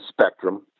spectrum